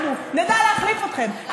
אנחנו נדע להחליף אתכם,